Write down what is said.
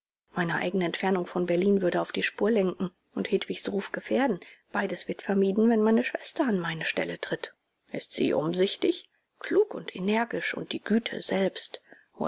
meine eigene entfernung von berlin würde auf die spur lenken und hedwigs ruf gefährden beides wird vermieden wenn meine schwester an meine stelle tritt ist sie umsichtig klug und energisch und die güte selbst